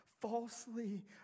falsely